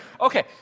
Okay